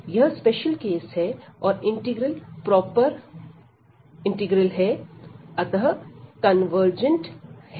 तो इस केस में यह स्पेशल केस है और इंटीग्रल प्रॉपर है अतः कन्वर्जेंट है